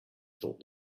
thought